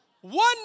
one